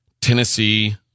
Tennessee